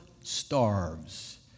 starves